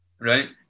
right